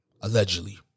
Allegedly